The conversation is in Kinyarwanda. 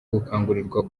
gukangurirwa